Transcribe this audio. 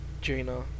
Jaina